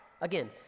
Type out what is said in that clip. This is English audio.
Again